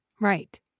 right